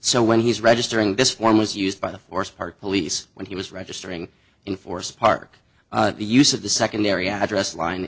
so when he's registering this form was used by the forest park police when he was registering in forest park the use of the secondary address line